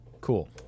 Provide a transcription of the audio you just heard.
Cool